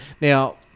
Now